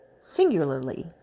singularly